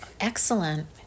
Excellent